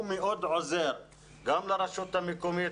הוא מאוד עוזר גם לרשות המקומית,